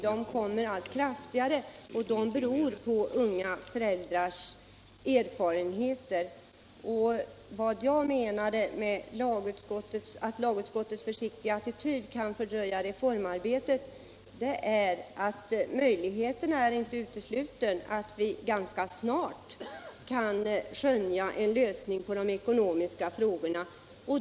De kommer allt kraftigare, och det beror på unga föräldrars erfarenheter. Vad jag menade med att lagutskottets försiktiga attityd kan fördröja reformarbetet är att möjligheten inte är utesluten att man ganska snart kan skönja en lösning på de ekonomiska frågorna.